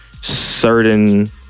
certain